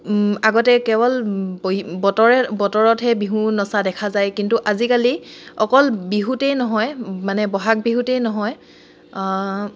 আগতে কেৱল ব বতৰে বতৰতহে বিহু নচা দেখা যায় কিন্তু আজিকালি অকল বিহুতেই নহয় মানে বহাগ বিহুতেই নহয়